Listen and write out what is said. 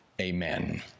Amen